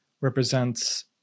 represents